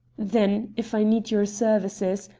then, if i need your services,